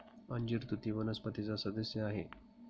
अंजीर तुती वनस्पतीचा सदस्य आहे